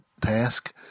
task